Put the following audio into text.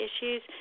issues